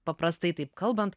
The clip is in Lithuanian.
paprastai taip kalbant